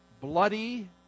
Bloody